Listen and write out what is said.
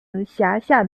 辖下